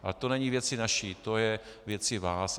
Ale to není věcí naší, to je věcí vás.